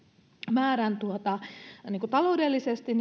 määrän taloudellisesti